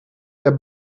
der